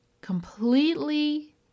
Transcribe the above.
completely